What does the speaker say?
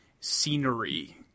scenery